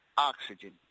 Oxygen